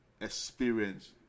experience